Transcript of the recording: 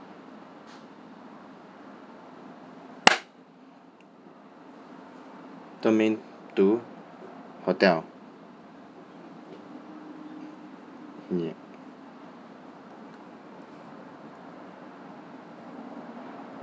domain two hotel ya